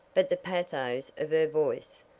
but the pathos of her voice!